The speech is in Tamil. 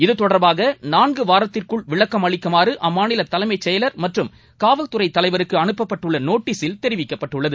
இத்தொடர்பாக நான்கு வாரத்திற்குள் விளக்கம் அளிக்குமாறு அம்மாநில தலைமைச் செயலர் மற்றும் காவல்துறை தலைவருக்கு அனுப்பப்பட்டுள்ள நோட்டீசில் தெரிவிக்கப்பட்டுள்ளது